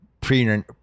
pre